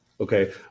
Okay